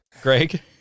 Greg